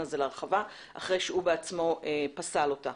הזה להרחבה אחרי שהוא בעצמו פסל אותה.